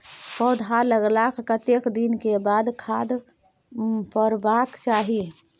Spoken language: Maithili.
पौधा लागलाक कतेक दिन के बाद खाद परबाक चाही?